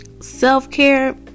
Self-care